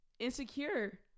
Insecure